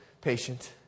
patient